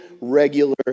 regular